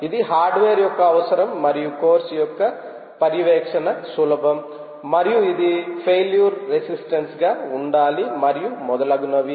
ఇది హార్డ్వేర్ యొక్క అవసరం మరియు కోర్సు యొక్క పర్యవేక్షణ సులభం మరియు ఇది ఫెయిల్యూర్ రెసిస్టెంట్ గా ఉండాలి మరియు మొదలగునవి